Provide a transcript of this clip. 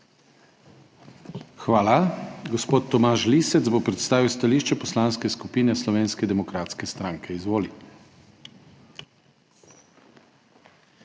Gospod Tomaž Lisec bo predstavil stališče Poslanske skupine Slovenske demokratske stranke. Izvoli.